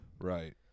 Right